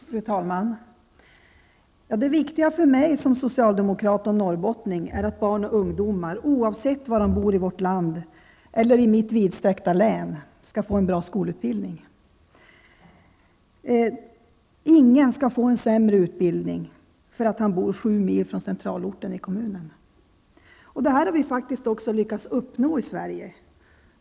Fru talman! Det viktiga för mig som socialdemokrat och norrbottning är att barn och ungdomar, oavsett var de bor i vårt land -- eller i mitt vidsträckta län -- skall få en bra skolutbildning. Ingen skall få sämre utbildning för att han bor sju mil från centralorten i kommunen. Detta har vi faktiskt också lyckats uppnå i Sverige.